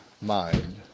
Mind